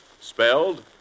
spelled